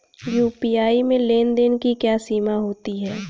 UPI में लेन देन की क्या सीमा होती है?